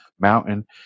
mountain